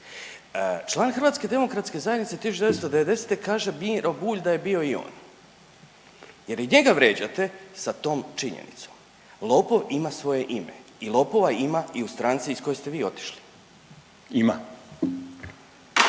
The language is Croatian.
danas. Član HDZ 1990. kaže Miro Bulj da je bio i on, jer i njega vrijeđate sa tom činjenicom. Lopov ima svoje ime i lopova ima i u stranci iz koje ste vi otišli.